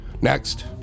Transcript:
next